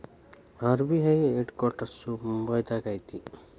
RBI headquarters ಮುಂಬೈದಾಗ ಐತಿ